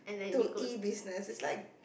to E business like